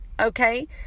Okay